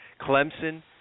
Clemson